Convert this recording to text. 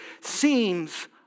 seems